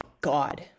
God